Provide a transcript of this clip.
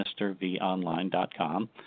MrVOnline.com